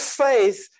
faith